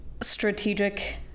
strategic